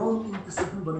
אם תסתכלו על הנתונים,